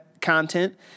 content